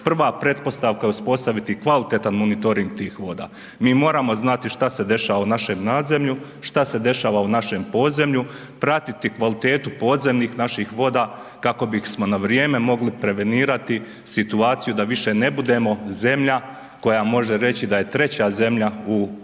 prva pretpostavka je uspostaviti kvalitetan monitoring tih voda. Mi moramo znati šta se dešava u našem nadzemlju, šta se dešava u našem podzemlju, pratiti kvalitetu podzemnih naših voda kako bismo na vrijeme mogli prevenirati situaciju da više ne budemo zemlja koja može reći da je treća zemlja u Europi